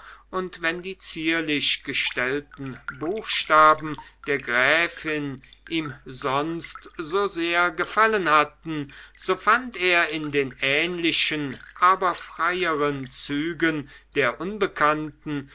und wenn die zierlich gestellten buchstaben der gräfin ihm sonst so sehr gefallen hatten so fand er in den ähnlichen aber freieren zügen der unbekannten